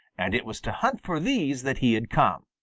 and it was to hunt for these that he had come.